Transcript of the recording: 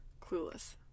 Clueless